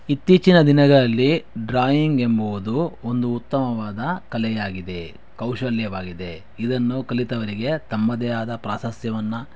ಇತ್ತೀಚಿನ ದಿನಗಳಲ್ಲಿ ಡ್ರಾಯಿಂಗ್ ಎಂಬುದು ಒಂದು ಉತ್ತಮವಾದ ಕಲೆಯಾಗಿದೆ ಕೌಶಲ್ಯವಾಗಿದೆ ಇದನ್ನು ಕಲಿತವನಿಗೆ ತಮ್ಮದೇ ಆದ ಪ್ರಾಶಸ್ತ್ಯವನ್ನ